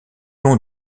long